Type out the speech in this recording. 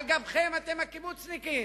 על גבכם, אתם הקיבוצניקים,